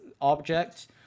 object